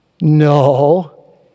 No